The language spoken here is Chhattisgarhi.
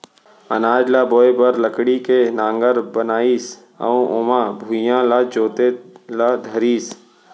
अनाज ल बोए बर लकड़ी के नांगर बनाइस अउ ओमा भुइयॉं ल जोते ल धरिस